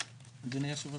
אדוני היושב ראש,